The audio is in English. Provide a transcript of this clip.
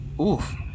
Oof